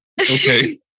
Okay